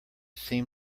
seem